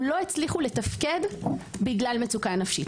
לא הצליחו לתפקד בהם בגלל המצוקה הנפשית,